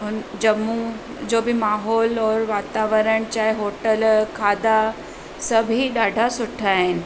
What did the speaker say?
हुन जम्मू जो बि माहोलु और वातावरणु चाहे होटल खाधा सभु ई ॾाढा सुठा आहिनि